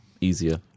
easier